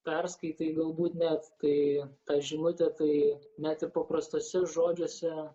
perskaitai galbūt net tai tą žinutę tai net ir paprastuose žodžiuose